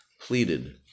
pleaded